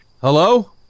Hello